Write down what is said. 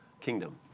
kingdom